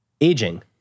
aging